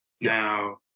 Now